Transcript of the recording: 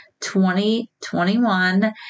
2021